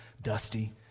Dusty